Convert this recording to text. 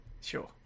Sure